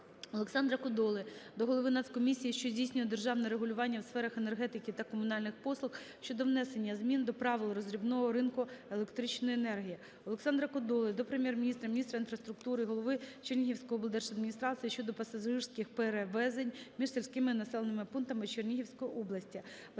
Олександра Кодоли до голови Нацкомісії, що здійснює державне регулювання у сферах енергетики та комунальних послуг щодо внесення змін до правил роздрібного ринку електричної енергії. Олександра Кодоли до Прем'єр-міністра, міністра інфраструктури, голови Чернігівської облдержадміністрації щодо пасажирських перевезень між сільськими населеними пунктами Чернігівської області.